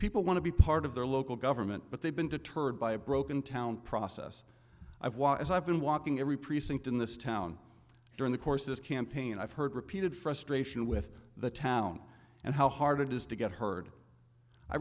people want to be part of their local government but they've been deterred by a broken town process i've watched as i've been walking every precinct in this town during the course of this campaign i've heard repeated frustration with the town and how hard it is to get h